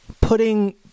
putting